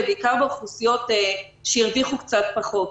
בעיקר באוכלוסיות שהרוויחו קצת פחות.